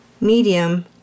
Medium